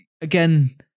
again